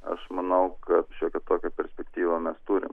aš manau kad šiokią tokią perspektyvą mes turim